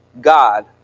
God